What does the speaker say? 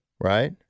right